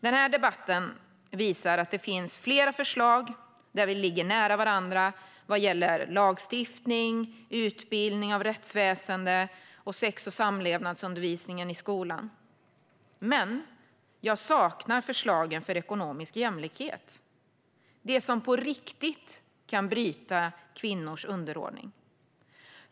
Den här debatten visar att det finns flera förslag där vi ligger nära varandra vad gäller lagstiftning, utbildning av rättsväsendet och sex och samlevnadsundervisningen i skolan. Men jag saknar förslag för ekonomisk jämlikhet - det som på riktigt kan bryta kvinnors underordning.